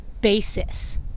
basis